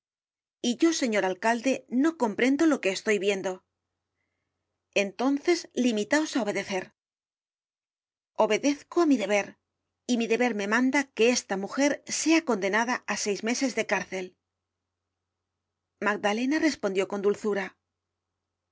y yo señor alcalde no comprendo lo que estoy viendo entonces limitaos á obedecer obedezco á mi deber y mi deber me manda que esta mujer sea condenada á seis meses de cárcel magdalena respondió con dulzura